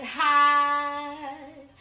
high